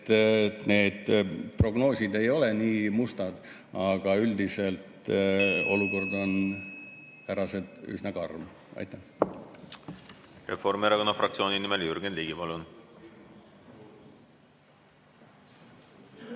need prognoosid ei oleks nii mustad. Aga üldiselt olukord on, härrased, üsna karm. Aitäh! Eesti Reformierakonna fraktsiooni nimel Jürgen Ligi, palun!